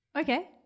Okay